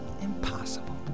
impossible